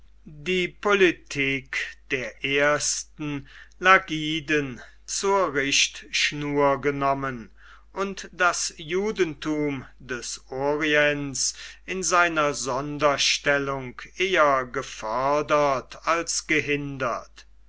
die politik der ersten lagiden zur richtschnur genommen und das judentum des orients in seiner sonderstellung eher gefördert als gehindert